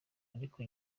ariko